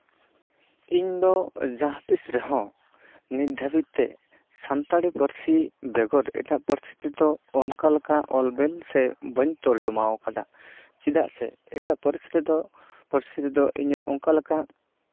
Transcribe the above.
ᱤᱧ ᱫᱚ ᱡᱟᱦᱟᱸ ᱛᱤᱸᱥ ᱨᱮᱦᱚᱸ ᱱᱤᱛ ᱫᱷᱟᱹᱵᱤᱡ ᱛᱮ ᱥᱟᱱᱛᱟᱲᱤ ᱯᱟᱹᱨᱥᱤ ᱵᱮᱜᱚᱨ ᱮᱴᱟᱜ ᱯᱟᱹᱨᱥᱤ ᱛᱮᱫᱚ ᱚᱱᱠᱟ ᱞᱮᱠᱟ ᱚᱞᱵᱮᱞ ᱥᱮ ᱵᱟᱹᱧ ᱛᱚᱨᱡᱚᱢᱟ ᱠᱟᱫᱟ ᱪᱮᱫᱟᱜ ᱥᱮ ᱮᱴᱟᱜ ᱯᱟᱹᱨᱥᱤ ᱨᱮᱫᱚ ᱯᱟᱹᱨᱥᱤ ᱨᱮᱫᱚ ᱤᱧᱟᱹᱜ ᱚᱱᱠᱟ ᱞᱮᱠᱟ